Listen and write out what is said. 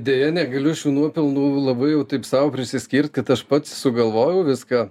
deja negaliu šių nuopelnų labai jau taip sau priskirt kad aš pats sugalvojau viską